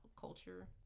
culture